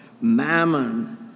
Mammon